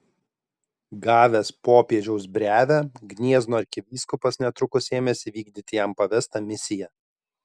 gavęs popiežiaus brevę gniezno arkivyskupas netrukus ėmėsi vykdyti jam pavestą misiją